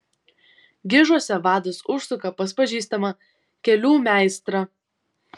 gižuose vadas užsuka pas pažįstamą kelių meistrą